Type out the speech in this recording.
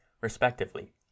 respectively